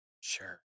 Sure